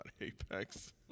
Apex